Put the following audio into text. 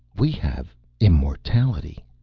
we have immortality.